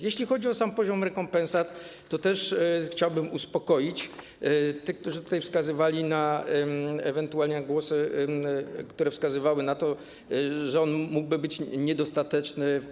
Jeśli chodzi o sam poziom rekompensat, to chciałbym uspokoić tych, którzy wskazywali ewentualnie na głosy, które wskazywały na to, że on mógłby być niedostateczny.